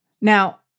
Now